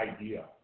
idea